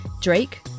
Drake